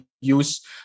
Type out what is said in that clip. use